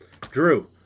Drew